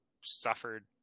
suffered